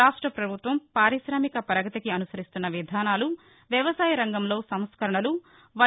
రాష్ట పభుత్వం పారిశామిక పగతికి అనుసరిస్తున్న విధానాలు వ్యవసాయ రంగంలో సంస్కరణలు వై